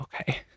okay